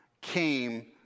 came